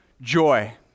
joy